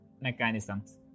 mechanisms